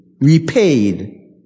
repaid